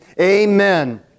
Amen